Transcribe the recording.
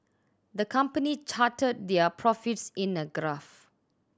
the company charted their profits in a graph